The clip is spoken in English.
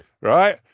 right